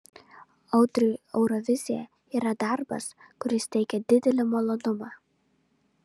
audriui eurovizija yra darbas kuris teikia didelį malonumą